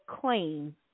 claim